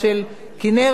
או "זמורה-ביתן",